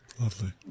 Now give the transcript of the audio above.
Lovely